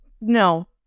No